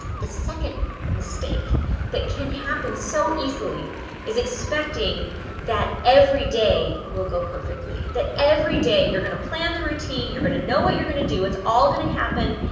the second mistake that can happen so easily is expecting that every day will go perfectly. that every day you're going to plan the routine, you're going to know what you're going to do. it's all going to happen.